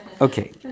Okay